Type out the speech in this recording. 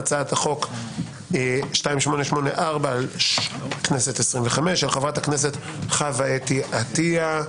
הצעת חוק 2884/25 של ח"כ חוה אתי עטייה.